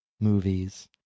movies